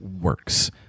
works